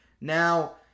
Now